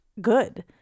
good